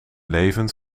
levend